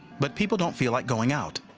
but people don't feel like going out.